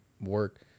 work